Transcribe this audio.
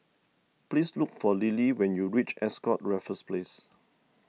please look for Lily when you reach Ascott Raffles Place